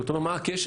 אתה אומר, מה הקשר?